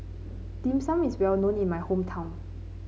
Dim Sum is well known in my hometown